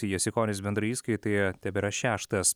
jasikonis bendroje įskaitoje tebėra šeštas